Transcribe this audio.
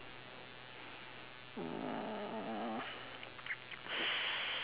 uh